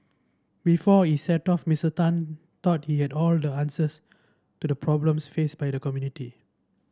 before he set off Mister Tan thought he had all the answers to the problems faced by the community